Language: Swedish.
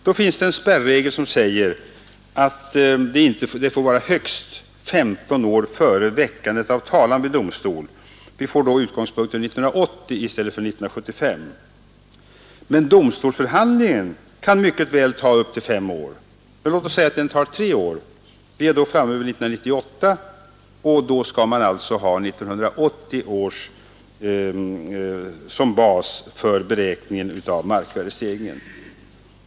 Då finns det en spärregel som säger att det får vara högst 15 år före väckandet av talan vid domstol. Vi får då utgångspunkten 1980 i stället för 1975. Men domstolsbehandlingen kan mycket väl ta upp till fem år. Om den tar låt Oss säga tre år är vi framme vid 1998, och man skall då ha 1980 som bas för beräkningen av markvärdestegringen.